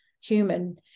human